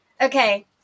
Okay